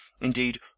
Indeed